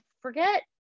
forget